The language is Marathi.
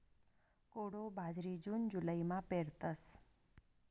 कोडो बाजरी जून जुलैमा पेरतस